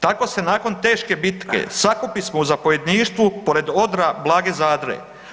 Tako se nakon teške bitke sakupismo u zapovjedništvu pored odra Blage Zadre.